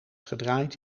gedraaid